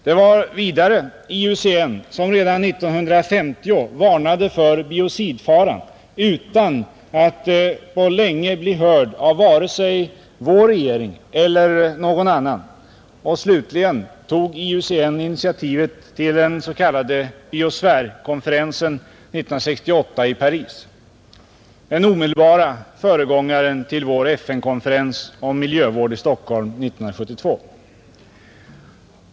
Det var vidare IUCN som redan 1950 varnade för biocidfaran utan att på länge bli hörd av vare sig vår regering eller någon annan. Slutligen tog IUCN initiativet till den s.k. biosfärkonferensen 1968 i Paris, den omedelbara föregångaren till vår FN-konferens om miljövård i Stockholm 1972.